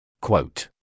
Quote